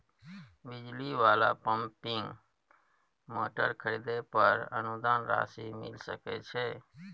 बिजली वाला pumping motor खरीदे पर अनुदान राशि मिल सके छैय?